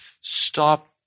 Stop